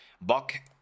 Buck